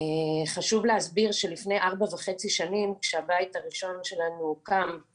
חשוב להסביר שלפני ארבע וחצי שנים כשהבית הראשון שלנו הוקם,